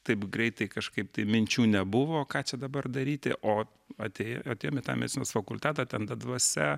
taip greitai kažkaip tai minčių nebuvo ką čia dabar daryti o atėję atėjom į tą medicinos fakultetą ten ta dvasia